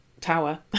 tower